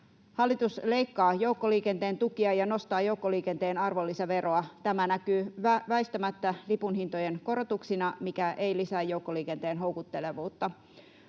Hallitus leikkaa joukkoliikenteen tukia ja nostaa joukkoliikenteen arvonlisäveroa. Tämä näkyy väistämättä lipunhintojen korotuksina, mikä ei lisää joukkoliikenteen houkuttelevuutta.